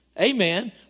Amen